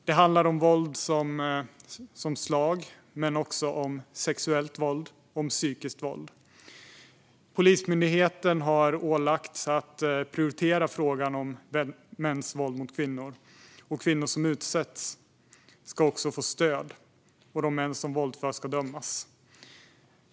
Det handlar om våld i form av slag men också om sexuellt våld och psykiskt våld. Polismyndigheten har ålagts att prioritera frågan om mäns våld mot kvinnor. Kvinnor som utsätts ska också få stöd, och de män som våldför ska dömas.